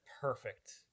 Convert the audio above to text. perfect